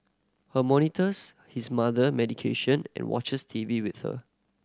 her monitors his mother medication and watches TV with her